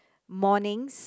mornings